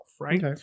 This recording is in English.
right